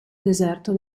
deserto